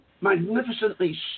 magnificently